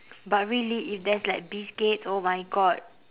but really if there's like biscuits oh my god